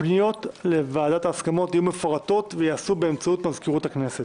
הפניות לוועדת ההסכמות יהיו מפורטות וייעשו באמצעות מזכירות הכנסת.